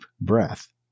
breath